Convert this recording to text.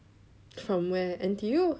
from where N_T_U